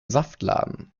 saftladen